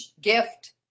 gift